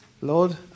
Lord